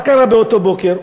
מה קרה באותו בוקר?